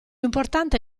importante